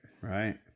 right